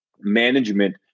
management